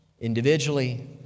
individually